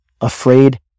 afraid